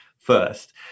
first